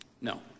No